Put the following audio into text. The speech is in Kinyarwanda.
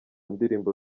ndirimbo